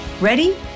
Ready